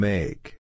Make